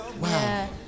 Wow